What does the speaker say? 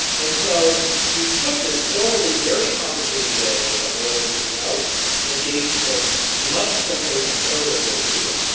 and so you took this formerly very complicated way of rolling things out and gave people a much simpler declarative way to do it.